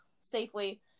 safely